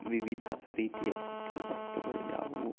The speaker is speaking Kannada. ವಿವಿಧ ರೀತಿಯ ಸುತ್ತಿನ ವಸ್ತುಗಳು ಯಾವುವು